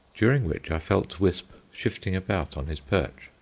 during which i felt wisp shifting about on his perch,